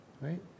right